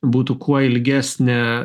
būtų kuo ilgesnė